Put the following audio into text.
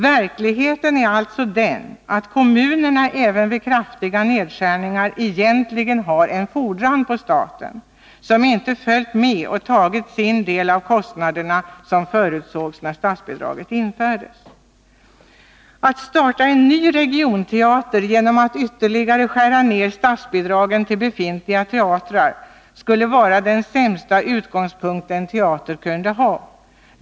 Verkligheten är alltså den att kommunerna även vid kraftiga nedskärningar egentligen har en fordran på staten, som inte följt med och tagit sin del av kostnaderna som förutsågs när statsbidraget infördes. Att starta en ny regionteater genom att ytterligare skära ned statsbidragen till befintliga teatrar skulle vara den sämsta utgångspunkt en teater kunde ha.